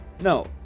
No